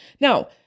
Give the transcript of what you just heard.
Now